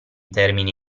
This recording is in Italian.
termini